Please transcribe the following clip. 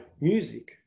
music